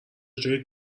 جای